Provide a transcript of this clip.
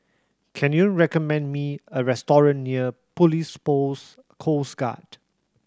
can you recommend me a restaurant near Police Post Coast Guard